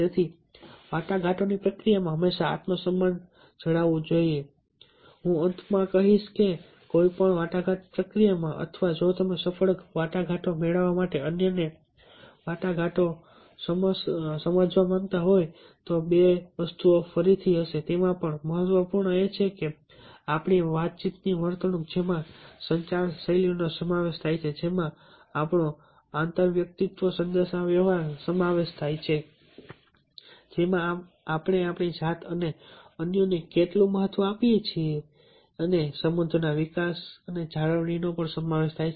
તેથી વાટાઘાટો પ્રક્રિયામાં હંમેશા આત્મસન્માન જાળવવું જોઈએ અને હું અંતમાં કહીશ કે કોઈપણ વાટાઘાટ પ્રક્રિયામાં અથવા જો તમે સફળ વાટાઘાટો મેળવવા માટે અન્યને વાટાઘાટો માટે સમજાવવા માંગતા હોવ તો બે વસ્તુઓ ફરીથી હશે તેમાં પણ મહત્વપૂર્ણ એ છે કે આપણી વાતચીતની વર્તણૂક જેમાં સંચાર શૈલીનો સમાવેશ થાય છે જેમાં આપણો આંતરવ્યક્તિત્વ સંદેશાવ્યવહારનો સમાવેશ થાય છે જેમાં આપણે આપણી જાતને અને અન્યોને કેટલું મહત્વ આપીએ છીએ અને સંબંધોના વિકાસ અને જાળવણીનો પણ સમાવેશ થાય છે